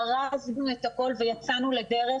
ארזנו את הכול ויצאנו לדרך,